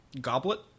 goblet